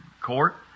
court